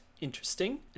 interesting